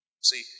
See